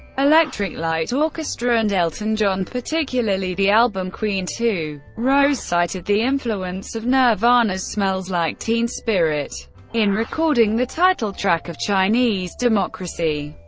electric light orchestra, and elton john, particularly the album queen ii. rose cited the influence of nirvana's smells like teen spirit in recording the title track of chinese democracy.